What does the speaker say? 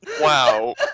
wow